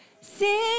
Sing